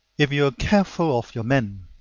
if you are careful of your men,